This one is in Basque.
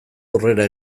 aurrera